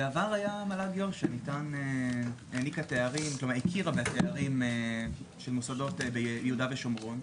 בעבר היה מל"ג יו"ש שהכירה בתארים של מוסדות ביהודה ושומרון.